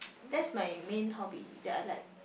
that's my main hobby that I like